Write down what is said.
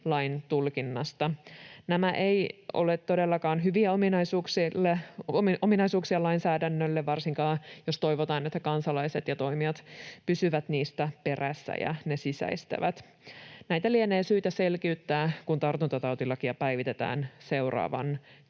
Nämä eivät ole todellakaan hyviä ominaisuuksia lainsäädännölle, varsinkaan, jos toivotaan, että kansalaiset ja toimijat pysyvät niissä perässä ja sisäistävät ne. Näitä lienee syytä selkiyttää, kun tartuntatautilakia päivitetään seuraavan